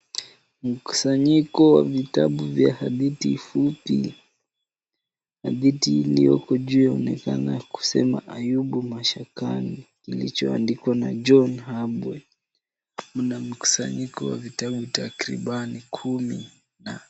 Mkusanyiko wa vitabu vya hadithi fupi. Hadithi iliyoko juu yaonekana kusema Ayubu mashakani kilichoandikwa na John Habwe. Mna mkusanyiko wa vitabu takriban kumi na.